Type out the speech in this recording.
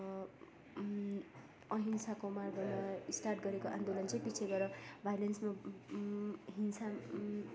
अहिंसाको मार्गमा स्टार्ट गरेको आन्दोलन चाहिँ पछि गएर भाइलेन्समा हिंसा